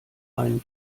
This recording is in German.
einen